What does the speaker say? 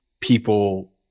people